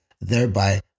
thereby